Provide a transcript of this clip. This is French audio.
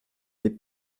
les